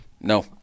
No